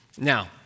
Now